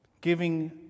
giving